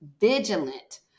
vigilant